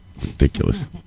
Ridiculous